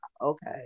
okay